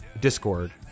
Discord